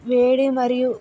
వేడి మరియు